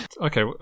Okay